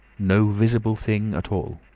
no visible thing at all!